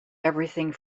everything